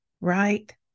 right